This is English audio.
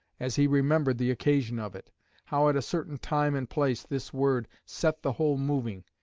as he remembered the occasion of it how at a certain time and place this word set the whole moving,